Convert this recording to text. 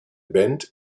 band